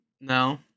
no